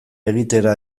egitera